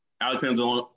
Alexander